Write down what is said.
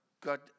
God